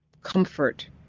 comfort